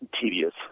tedious